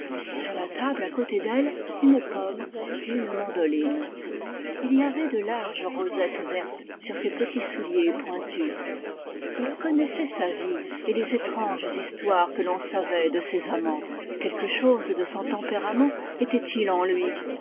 sur la table à côté d'elle une pomme et une mandoline il y avait de larges rosettes vertes sur ses petits souliers pointus il connaissait sa vie et les étranges histoires que l'on savait de ses amants quelque chose de son tempérament était-il en lui